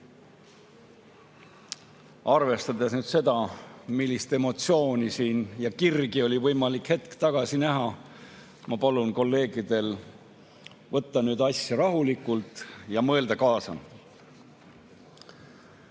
Arvestades seda, millist emotsiooni ja kirge oli võimalik hetk tagasi näha, ma palun kolleegidel võtta asja rahulikult ja mõelda kaasa. Kui